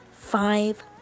five